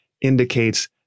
indicates